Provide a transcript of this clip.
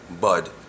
bud